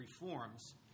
reforms –